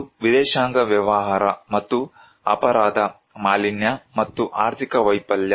ಒಂದು ವಿದೇಶಾಂಗ ವ್ಯವಹಾರ ಮತ್ತು ಅಪರಾಧ ಮಾಲಿನ್ಯ ಮತ್ತು ಆರ್ಥಿಕ ವೈಫಲ್ಯ